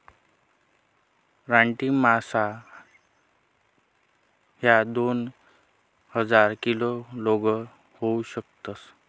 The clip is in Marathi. रानटी मासा ह्या दोन हजार किलो लोंग होऊ शकतस